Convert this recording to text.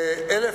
דנה,